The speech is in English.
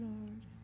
Lord